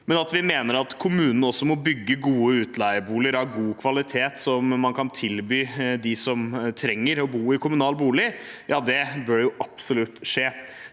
men vi mener at kommunene også må bygge utleieboliger av god kvalitet, som man kan tilby dem som trenger å bo i kommunal bolig. Det bør absolutt skje.